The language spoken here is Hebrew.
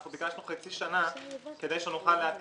אנחנו ביקשנו חצי שנה כדי שנוכל לעדכן